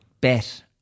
bet